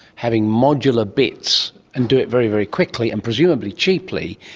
having modular bits and do it very, very quickly and presumably cheaply.